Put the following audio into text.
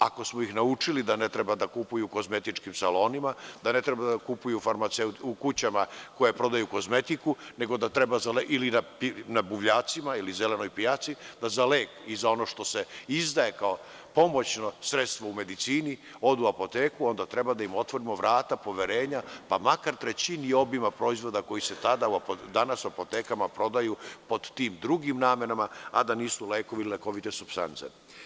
Ako smo ih naučili da ne treba da kupuju u kozmetičkim salonima, da ne treba da kupuju u kućama koje prodaju kozmetiku, ili na buvljacima ili zelenoj pijaci, za lek i za ono što se izdaje, kao pomoćno sredstvo u medicini, ode u apoteku, onda treba da im otvorimo vrata poverenja, pa makar trećini obima proizvoda koji se danas u apotekama prodaju pod tim drugim namenama, a da nisu lekovi ili lekovite supstance.